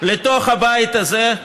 נכנסו לתוך הבית הזה,